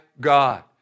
God